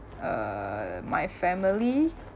uh my family